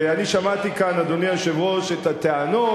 ואני שמעתי כאן, אדוני היושב-ראש, את הטענות,